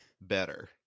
better